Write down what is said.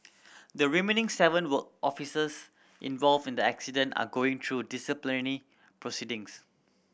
the remaining seven were officers involved in the incident are going through disciplinary proceedings